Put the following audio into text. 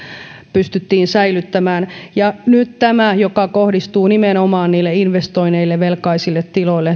pystyttiin säilyttämään ja nyt tämä lainsäädäntöhanke joka kohdistuu nimenomaan investoinneille velkaisille tiloille